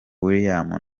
william